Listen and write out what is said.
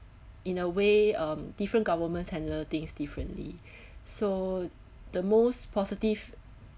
in a way um different governments handle things differently so the most positive